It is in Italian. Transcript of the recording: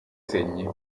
segni